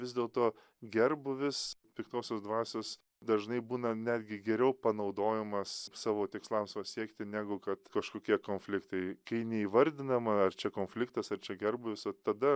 vis dėlto gerbūvis piktosios dvasios dažnai būna netgi geriau panaudojamas savo tikslams pasiekti negu kad kažkokie konfliktai kai neįvardinama ar čia konfliktas ar čia gerbūvis tada